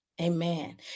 Amen